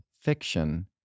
Fiction